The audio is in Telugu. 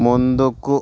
ముందుకు